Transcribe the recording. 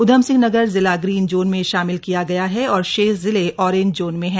उधमसिंह नगर जिला green zone में शामिल किया गया है और शेष जिले ऑरेंज जोन में हैं